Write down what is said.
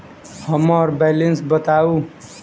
हम्मर बैलेंस बताऊ